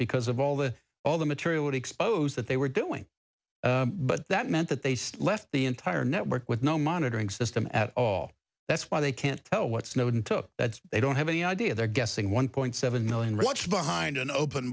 because of all the all the material expose that they were doing but that meant that they still left the entire network with no monitoring system at all that's why they can't tell what snowden took that they don't have any idea they're guessing one point seven million what's behind an open